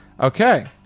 Okay